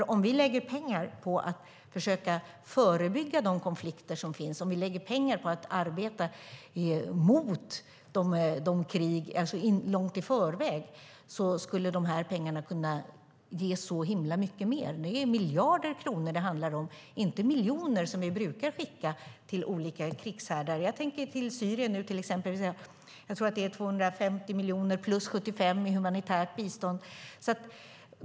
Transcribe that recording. Om vi lägger pengar på att försöka förebygga konflikter och om vi lägger pengar för att motarbeta krig långt i förväg skulle pengarna kunna ge så himla mycket mer. Det handlar om miljarder kronor, inte miljoner, som vi brukar skicka till olika krigshärdar. Jag tror att det är 250 miljoner plus 75 miljoner i humanitärt bistånd till Syrien.